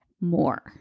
more